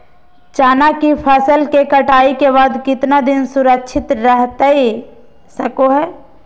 चना की फसल कटाई के बाद कितना दिन सुरक्षित रहतई सको हय?